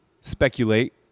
speculate